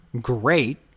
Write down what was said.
great